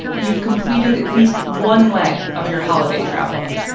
you've completed at least one leg of your holiday travel.